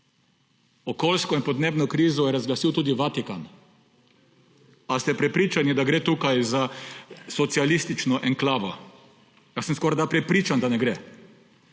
Okoljsko in podnebno krizo je razglasil tudi Vatikan. Ali ste prepričani, da gre tukaj za socialistično enklavo?! Jaz sem skorajda prepričan, da ne gre.